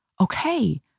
okay